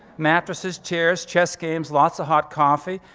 matresses, chairs, chess games, lots of hot coffee,